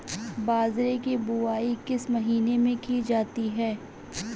बाजरे की बुवाई किस महीने में की जाती है?